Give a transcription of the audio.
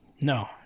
No